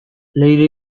leire